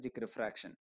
refraction